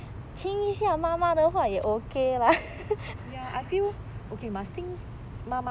ya I feel okay must 听